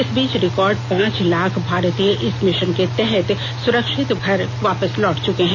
इस बीच रिकार्ड पांच लाख भारतीय इस मिशन के तहत सुरक्षित भारत लौट चुके हैं